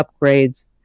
upgrades